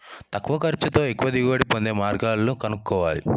తక్కువ ఖర్చుతో ఎక్కువ దిగుబడి పొందే మార్గాలు కనుక్కోవాలి